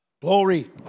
Glory